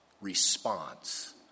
response